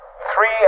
three